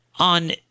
On